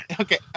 Okay